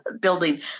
building